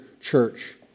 church